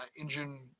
engine